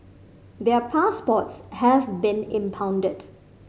their passports have been impounded